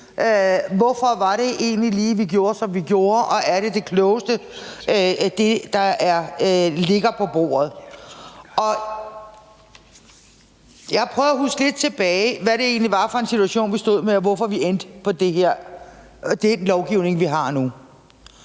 hvorfor det egentlig var, at vi gjorde, som vi gjorde, og om det, der ligger på bordet, er det klogeste. Jeg har prøvet at huske lidt tilbage på, hvad det egentlig var for en situation, vi stod med, og hvorfor vi endte på den lovgivning, vi har nu.